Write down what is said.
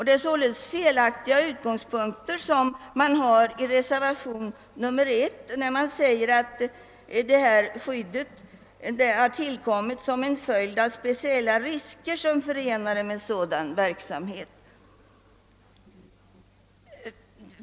Det är således en felaktig utgångspunkt som man har i reservation 1, när man säger, att detta skydd har tillkommit som en följd av de speciella risker som är förenade med sådan verksamhet som det här gäller.